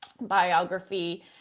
biography